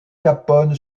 capone